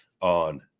on